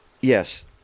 Yes